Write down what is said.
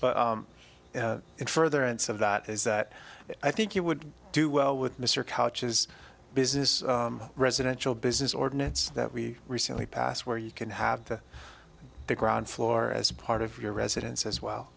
out in further ants of that is that i think you would do well with mr couches business residential business ordinance that we recently passed where you can have to the ground floor as part of your residence as well